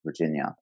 Virginia